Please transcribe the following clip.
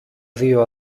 δυο